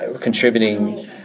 contributing